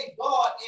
God